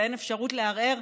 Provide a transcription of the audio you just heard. ואין אפשרות לערער,